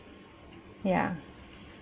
ya